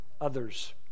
others